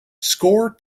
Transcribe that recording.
score